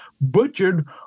butchered